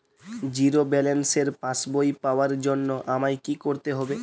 Zero ব্যালেন্সের পাসবই পাওয়ার জন্য আমায় কী করতে হবে?